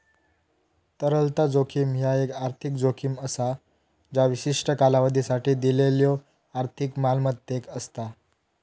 तरलता जोखीम ह्या एक आर्थिक जोखीम असा ज्या विशिष्ट कालावधीसाठी दिलेल्यो आर्थिक मालमत्तेक असता